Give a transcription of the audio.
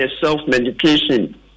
self-medication